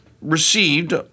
received